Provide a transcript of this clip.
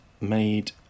made